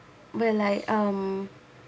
but like um